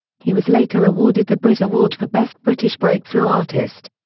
he was later awarded the brit award for best british breakthrough artist.